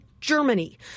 Germany